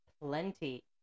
Plenty